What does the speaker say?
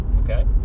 okay